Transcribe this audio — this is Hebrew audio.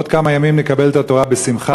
בעוד כמה ימים נקבל את התורה בשמחה,